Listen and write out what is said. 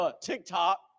TikTok